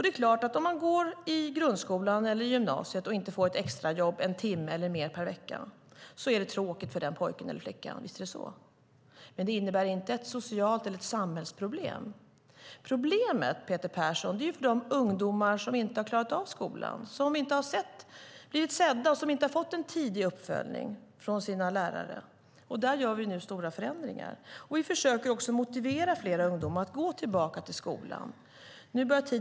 Det är tråkigt för den pojke eller flicka som går i grundskolan eller gymnasiet och inte får ett extrajobb en timme eller mer per vecka, visst är det så. Men det innebär inte ett socialt problem eller ett samhällsproblem. Problemet, Peter Persson, uppstår för de ungdomar som inte har klarat av skolan, inte har blivit sedda och inte har fått en tidig uppföljning från sina lärare. Där gör vi nu stora förändringar. Vi försöker också motivera fler ungdomar att gå tillbaka till skolan.